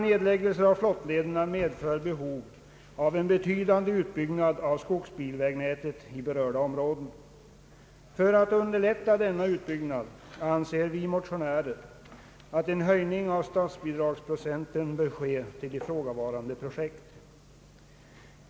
Nedläggelser av flottlederna medför behov av en betydande utbyggnad av skogsbilvägnätet i berörda områden. För att underlätta denna utbyggnad anser vi motionärer att en höjning av statsbidragsprocenten bör ske till ifrågavarande projekt.